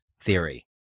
theory